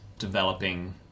Developing